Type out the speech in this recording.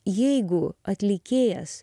jeigu atlikėjas